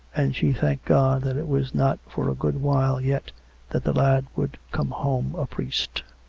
and she thanked god that it was not for a good while yet that the lad would come home a priest.